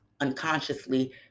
unconsciously